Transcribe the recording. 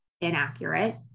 inaccurate